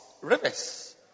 rivers